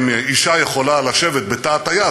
אם אישה יכולה לשבת בתא הטייס,